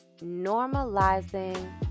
normalizing